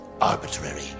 arbitrary